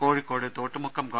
കോഴിക്കോട് തോട്ടുമുക്കം ഗവ